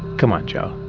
come on, joe.